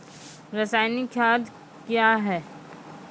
रसायनिक खाद कया हैं?